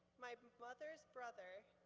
my mother's brother,